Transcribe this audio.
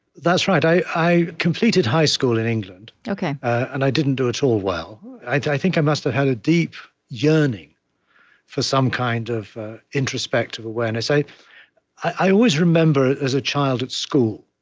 that's right. i i completed high school in england, and i didn't do at all well. i i think i must've had a deep yearning for some kind of introspective awareness i i always remember, as a child at school,